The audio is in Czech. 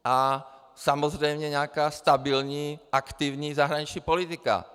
A samozřejmě nějaká stabilní zahraniční politika.